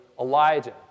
Elijah